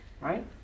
right